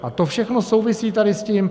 A to všechno souvisí tady s tím.